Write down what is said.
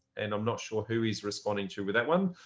and i'm not sure who is responding to but that one.